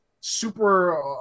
super